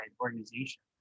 organization